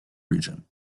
region